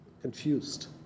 confused